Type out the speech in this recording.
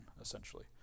essentially